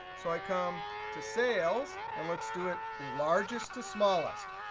so i come to sales, and let's do it largest to smallest.